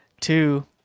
Two